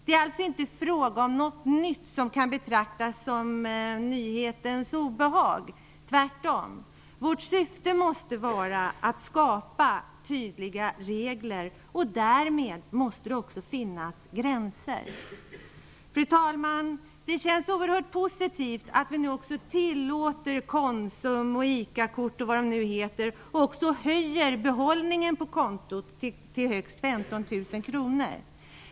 Det är alltså inte fråga om något nytt som kan betraktas som nyhetens obehag, tvärtom. Vårt syfte måste vara att skapa tydliga regler. Därmed måste det också finnas gränser. Fru talman! Det känns oerhört positivt att vi nu också tillåter Konsumkort, ICA-kort och allt vad de nu heter och att vi också höjer gränsen för behållningen på kontot till högst 15 000 kr.